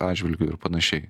atžvilgiu ir panašiai